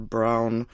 Brown